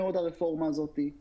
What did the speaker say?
הרפורמה הזאת טובה מאוד,